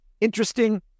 interesting